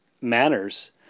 manners